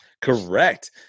Correct